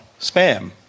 spam